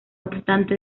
obstante